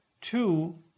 Two